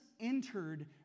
entered